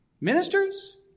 Ministers